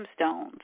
gemstones